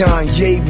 Kanye